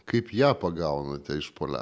kaip ją pagaunate iš po le